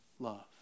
love